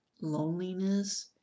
loneliness